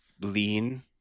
lean